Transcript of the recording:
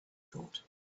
thought